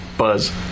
Buzz